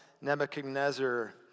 Nebuchadnezzar